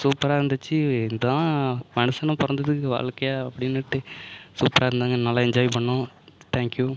சூப்பராக இருந்துச்சு இதான் மனுசனாக பிறந்ததுக்கு வாழ்க்கையா அப்படின்னுட்டு சூப்பராக இருந்தாங்க நல்லா என்ஜாய் பண்ணிணோம் தேங்க்யூ